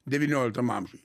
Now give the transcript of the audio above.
devynioliktam amžiuj